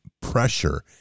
pressure